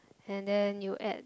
and then you add